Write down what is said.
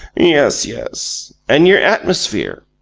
yes, yes. and your atmosphere.